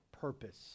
purpose